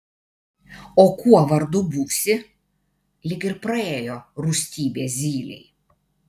o kuo vardu būsi lyg ir praėjo rūstybė zylei